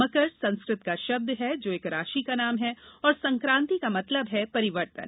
मकर संस्कृत का शब्द है जो एक राशि का नाम है और संक्रांति का मतलब है परिवर्तन